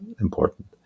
important